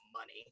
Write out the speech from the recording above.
money